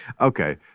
okay